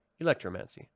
Electromancy